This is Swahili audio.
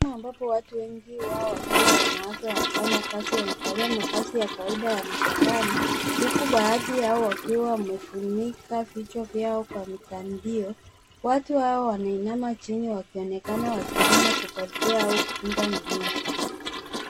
Ambapo watu wengi wao wakiwa wanawake wanafanya kazi. Wamevalia mavazi ya kawaida ya mashambani huku baadhi yao wakiwa wamefunika vichwa vyao kwa mitandio. Watu hao wanainama chini wakionekana wakilima kufuatia au kutunza mimea.